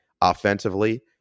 offensively